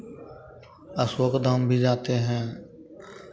अशोक धाम भी जाते हैं